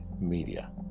Media